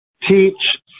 teach